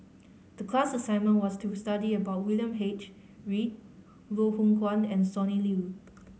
the class assignment was to study about William H Read Loh Hoong Kwan and Sonny Liew